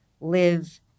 live